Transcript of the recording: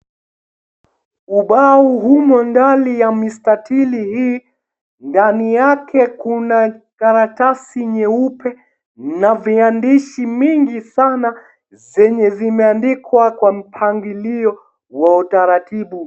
Ubao umo ndani ya mistatili hii. Ndani yake, kuna karatasi nyeupe na viandishi mingi sana, zenye zimeandikwa kwa mpangilio wa utaratibu.